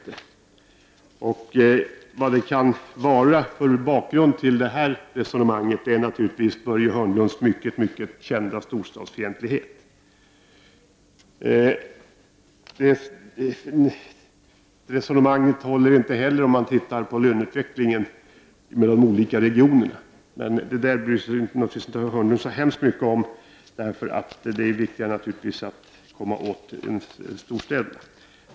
Bakgrunden till resonemanget måste naturligtvis vara Börje Hörnlunds mycket välkända storstadsfientlighet. Resonemanget håller inte heller om man ser till löneutvecklingen i de olika regionerna. Men det bryr sig naturligtvis Börje Hörnlund inte så mycket om. För honom är det viktigare att komma åt storstäderna.